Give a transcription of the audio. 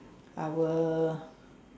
I will